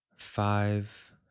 five